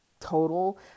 total